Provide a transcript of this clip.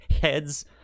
heads